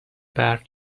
برف